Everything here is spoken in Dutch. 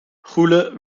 goele